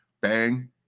bang